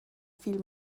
viel